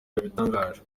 yabitangaje